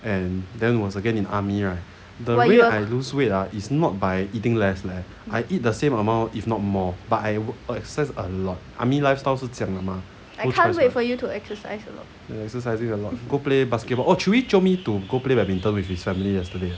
and then was again in army right the way I lose weight ah is not by eating less leh I eat the same amount if not more but I w- I exercise a lot I mean army lifestyle 是这样的吗 no choice ya exercising a lot go play basketball oh chewy jio me to go play badminton with his family yesterday